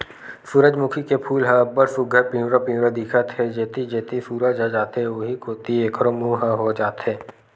सूरजमूखी के फूल ह अब्ब्ड़ सुग्घर पिंवरा पिंवरा दिखत हे, जेती जेती सूरज ह जाथे उहीं कोती एखरो मूँह ह हो जाथे